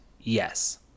yes